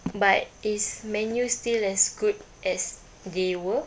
but is man U still as good as they were